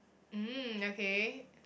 mm okay